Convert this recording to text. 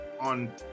on